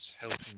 helping